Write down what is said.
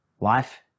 life